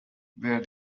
where